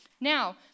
Now